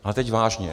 A teď vážně.